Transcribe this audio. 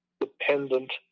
dependent